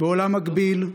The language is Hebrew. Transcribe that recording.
בעולם מקביל,